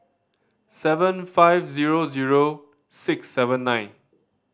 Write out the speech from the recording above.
seven five zero zero six seven nine